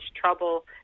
trouble